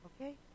okay